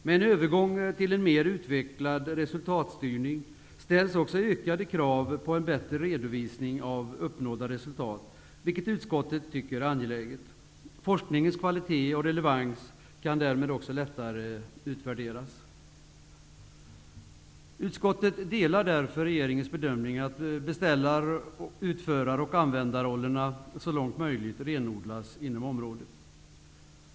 Med en övergång till en mer utvecklad resultatstyrning ställs också ökade krav på en bättre redovisning av uppnådda resultat, vilket utskottet tycker är angeläget. Forskningens kvalitet och relevans kan därmed även lättare utvärderas. Utskottet delar därför regeringens bedömning att beställar-, utförar och användarrollerna så långt möjligt skall renodlas inom området.